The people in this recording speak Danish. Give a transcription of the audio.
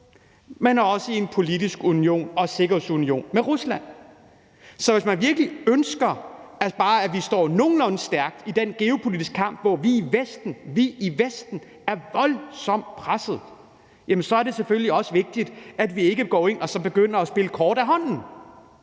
men også en politisk union og en sikkerhedsunion med Rusland. Så hvis man virkelig ønsker, at vi bare står nogenlunde stærkt i den geopolitiske kamp, hvor vi i Vesten – vi i Vesten – er voldsomt pressede, så er det selvfølgelig også vigtigt, at vi ikke går ind og begynder at spille kort af hånden.